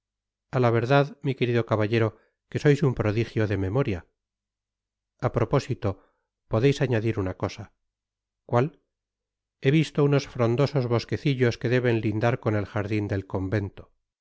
a la verdad mi querido caballero que sois un prodigio de memoria apropósito podeis añadir'una cosa cuál he visto unos frondosos bosquecillos que deben lindar con el jardin del convento